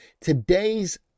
Today's